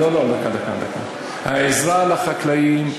העזרה לחקלאים,